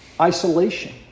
isolation